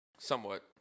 Somewhat